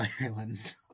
Ireland